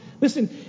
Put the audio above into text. Listen